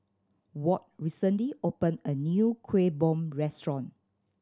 Walt recently opened a new Kueh Bom restaurant